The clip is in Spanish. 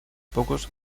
pocos